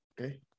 Okay